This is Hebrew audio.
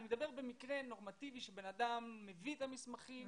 אני מדבר במקרה נורמטיבי שבן אדם מביא את המסמכים,